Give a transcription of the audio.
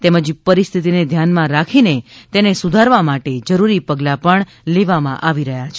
તેમજ પરિસ્થિતિને ધ્યાનમાં રાખીને તેને સુધારવા માટે જરૂરી પગલાં લેવામાં આવી રહ્યા છે